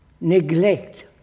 neglect